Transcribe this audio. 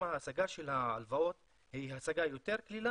ההשגה של ההלוואות היא השגה יותר קלה,